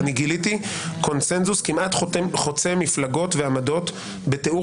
אני גיליתי קונצנזוס כמעט חוצה מפלגות ועמדות בתיאור